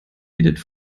edith